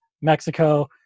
Mexico